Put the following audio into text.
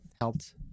helped